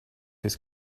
his